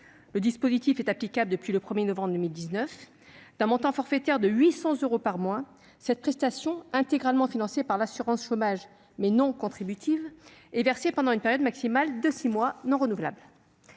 Le dispositif est applicable depuis le 1 novembre 2019. Cette prestation, d'un montant forfaitaire de 800 euros par mois et intégralement financée par l'assurance chômage, mais non contributive, est versée pendant une période maximale et non renouvelable